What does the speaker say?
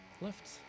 left